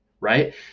right